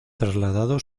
trasladado